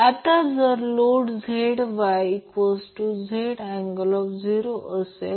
आणि त्याचप्रमाणे आणि प्रत्येक फेजसाठी reactive power Q p Vp I p sin असेल